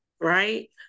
right